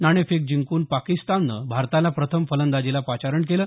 नाणेफेक जिंकून पाकिस्ताननं भारताला प्रथम फलंदाजीला पाचारण केलं